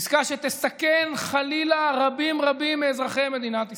עסקה שתסכן חלילה רבים רבים מאזרחי מדינת ישראל.